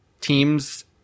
teams